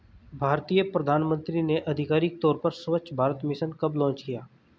भारतीय प्रधानमंत्री ने आधिकारिक तौर पर स्वच्छ भारत मिशन कब लॉन्च किया?